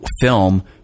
film